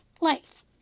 life